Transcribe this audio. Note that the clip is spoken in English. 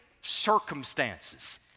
circumstances